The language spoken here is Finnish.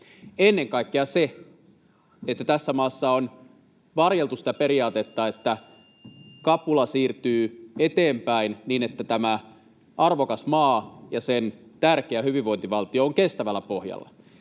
Ennen kaikkea tässä maassa on varjeltu sitä periaatetta, että kapula siirtyy eteenpäin niin, että tämä arvokas maa ja sen tärkeä hyvinvointivaltio ovat kestävällä pohjalla.